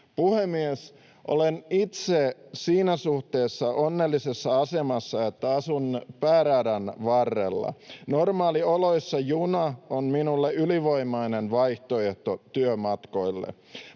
Puhemies! Olen itse siinä suhteessa onnellisessa asemassa, että asun pääradan varrella. Normaalioloissa juna on minulle ylivoimainen vaihtoehto työmatkoille.